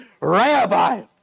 Rabbi